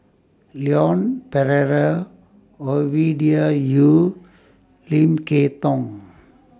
Leon Perera Ovidia Yu Lim Kay Tong